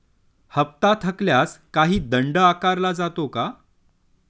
हप्ता थकल्यास काही दंड आकारला जातो का?